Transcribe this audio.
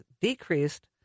decreased